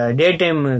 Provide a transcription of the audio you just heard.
daytime